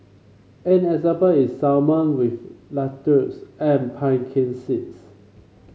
an example is salmon with lettuces and pumpkin seeds